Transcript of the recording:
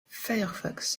firefox